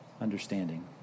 understanding